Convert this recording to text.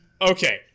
Okay